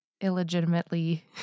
illegitimately